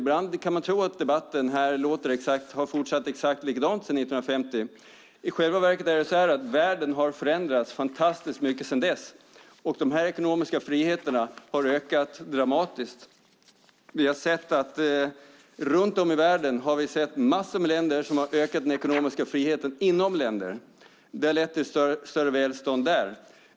Ibland kan man tro att debatten här har varit likadan sedan 1950. I själva verket har världen förändrats fantastiskt mycket sedan dess, och de ekonomiska friheterna har ökat dramatiskt. Runt om i världen har vi sett länder där man har ökat den ekonomiska friheten. Det har lett till större välstånd där.